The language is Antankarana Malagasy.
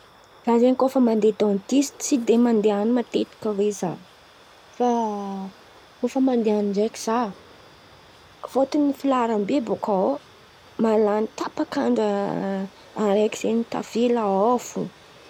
Zah zen̈y koa fa mandeha dentiste; tsy de mandeha an̈y matetika zah fa koa fa mandeha an̈y ndraiky zah fôtony filaharam-be bôka, ao mahalany tapak'andra araiky zen̈y tavela ao fo.